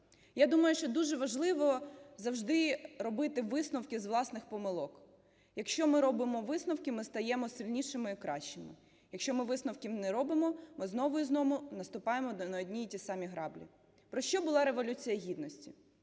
Я думаю, що дуже важливо завжди робити висновки з власних помилок. Якщо ми робимо висновки, ми стаємо сильнішими і кращими. Якщо ми висновків не робимо, ми знову і знову наступаємо на одні й ті самі граблі. Про що була Революція Гідності?